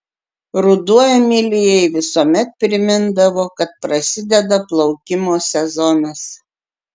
ruduo emilijai visuomet primindavo kad prasideda plaukimo sezonas